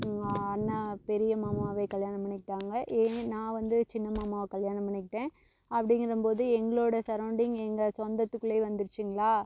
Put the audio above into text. அண்ணா பெரிய மாமாவையே கல்யாணம் பண்ணிக்கிட்டாங்க நான் வந்து சின்ன மாமாவை கல்யாணம் பண்ணிக்கிட்டேன் அப்படிங்கிறம் போது எங்களோட சரௌண்டிங் எங்கள் சொந்தத்துக்குள்ளேயே வந்துடுச்சிங்களா